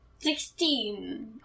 Sixteen